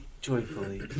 joyfully